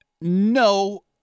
No